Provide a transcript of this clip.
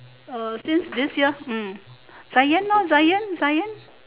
uh since this year hmm zion ah zion zion